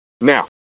Now